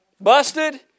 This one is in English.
busted